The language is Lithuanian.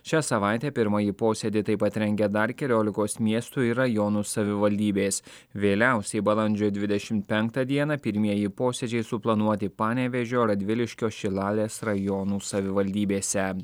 šią savaitę pirmąjį posėdį taip pat rengia dar keliolikos miestų ir rajonų savivaldybės vėliausiai balandžio dvidešim penktą dieną pirmieji posėdžiai suplanuoti panevėžio radviliškio šilalės rajonų savivaldybėse